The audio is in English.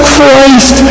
Christ